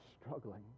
struggling